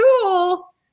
cool